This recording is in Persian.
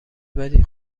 بدی